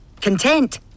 Content